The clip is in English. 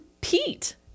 Pete